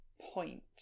point